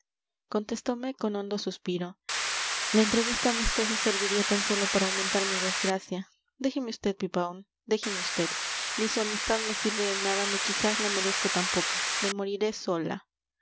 contestome con hondo suspiro la entrevista amistosa serviría tan sólo para aumentar mi desgracia déjeme vd pipaón déjeme vd ni su amistad me sirve de nada ni quizás la merezco tampoco me moriré sola